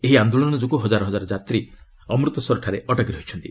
ଏହି ଆନ୍ଦୋଳନ ଯୋଗୁଁ ହଜାର ହଜାର ଯାତ୍ରୀ ଅମୃତସରଠାରେ ଅଟକି ରହିଛନ୍ତି